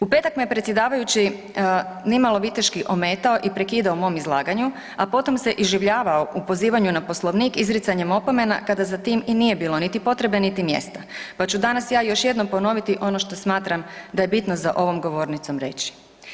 U petak me je predsjedavajući nimalo viteški ometao i prekidao u mom izlaganju, a potom se iživljavao u pozivanju na Poslovnik izricanjem opomena kada za tim i nije bilo niti potrebe niti mjesta, pa ću danas ja još jednom ponoviti ono što smatram da je bitno za ovom govornicom reći.